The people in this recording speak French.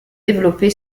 développée